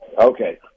Okay